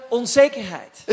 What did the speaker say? onzekerheid